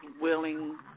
willing